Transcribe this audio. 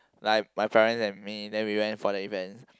like my parent and me then we went for the events